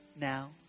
now